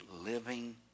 living